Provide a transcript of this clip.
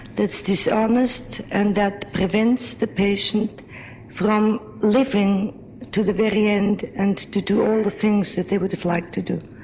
that's dishonest and that prevents the patient from living to the very end and to do all the things that they would have liked to do.